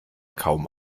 kaum